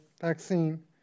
vaccine